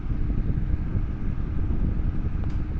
তড়িৎদ্বার ঠিক না থাকলে জল সেচের ইণ্জিনকে সঠিক ভাবে ব্যবহার করা অসম্ভব